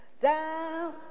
down